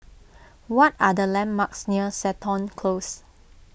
what are the landmarks near Seton Close